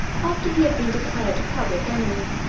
after he had been declared a public enemy,